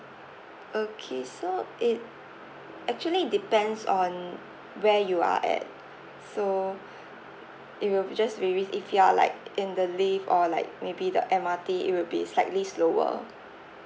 okay so it actually depends on where you are at so it will be just varies if you are like in the lift or like maybe the M_R_T it will be slightly slower